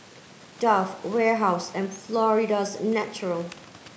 Dove Warehouse and Florida's Natural